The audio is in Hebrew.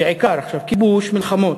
בעיקר עכשיו, כיבוש, מלחמות.